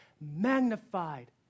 magnified